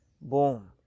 boom